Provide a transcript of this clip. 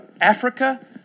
Africa